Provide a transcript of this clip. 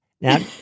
Now